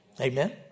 Amen